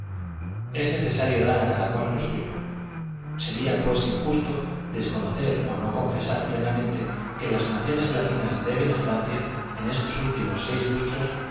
es necesario dar á cada cual lo suyo sería pues injusto de conocer ó no confesar plenamente que las naciones latinas deben á francia en estos últimos seis lustros